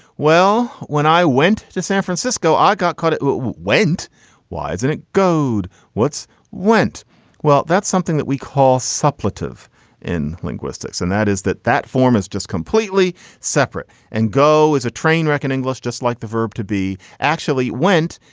well, when i went to san francisco, i got caught. it went wise and it gode what's went well? something that we call supportive in linguistics, and that is that that form is just completely separate and go is a train wreck and english just like the verb to be actually went.